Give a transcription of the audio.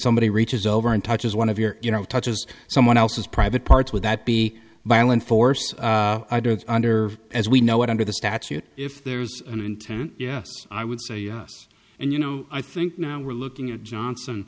somebody reaches over and touches one of your you know touches someone else's private parts would that be violent force i don't under as we know what under the statute if there's an intent yes i would say yes and you know i think now we're looking at johnson